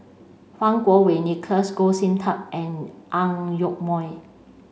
Fang Kuo Wei Nicholas Goh Sin Tub and Ang Yoke Mooi